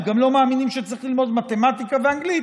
הם גם לא מאמינים שצריך ללמוד מתמטיקה ואנגלית,